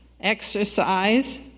exercise